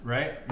Right